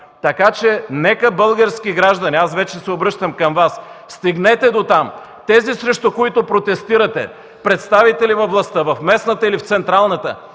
от КБ.) Български граждани, вече се обръщам към Вас, стигнете до тези, срещу които протестирате – представители във властта, в местната или в централната.